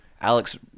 Alex